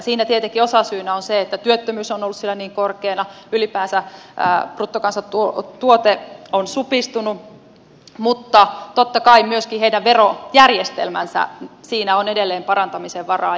siinä tietenkin osasyynä on se että työttömyys on ollut siellä niin korkealla ylipäänsä bruttokansantuote on supistunut mutta totta kai myöskin heidän verojärjestelmässään on edelleen parantamisen varaa